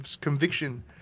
conviction